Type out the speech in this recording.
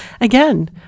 Again